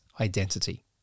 identity